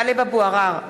(קוראת בשמות חברי הכנסת) טלב אבו עראר,